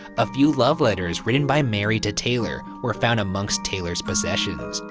a few love letters written by mary to taylor were found amongst taylor's possessions.